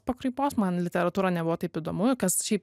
pakraipos man literatūra nebuvo taip įdomu kas šiaip